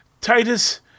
Titus